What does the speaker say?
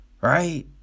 Right